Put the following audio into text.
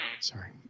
Sorry